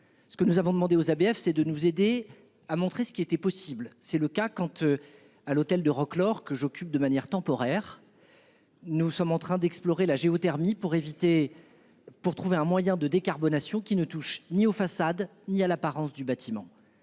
sérieux. Nous avons demandé aux ABF de nous aider à montrer ce qui était possible. Cela est le cas avec l'hôtel de Roquelaure, que j'occupe de manière temporaire : nous sommes en train de creuser la question de la géothermie pour trouver un moyen de décarbonation qui ne touche ni aux façades ni à l'apparence du bâtiment.